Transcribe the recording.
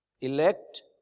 elect